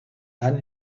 dann